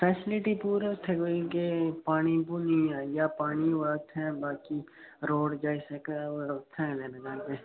facility पूरा उत्थै कोई अग्गै पानी पूनी आई पानी होवै उत्थै बाकी रोड